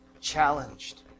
challenged